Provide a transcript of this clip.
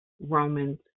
Romans